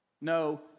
No